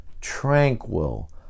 tranquil